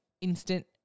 instant